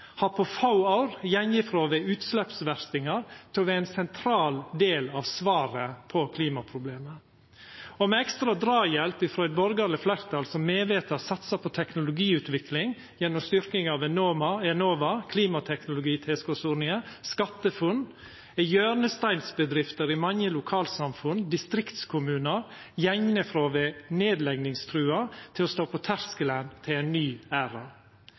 har på få år gått frå å vera utsleppsverstingar til å vera ein sentral del av svaret på klimaproblemet. Og med ekstra drahjelp frå eit borgarleg fleirtal som medvete har satsa på teknologiutvikling gjennom styrking av Enova, klimateknologitilskotsordningar og SkatteFUNN, er hjørnesteinsbedrifter i mange lokalsamfunn og distriktskommunar gått frå å vera nedleggingstrua til å stå på terskelen til ein ny æra.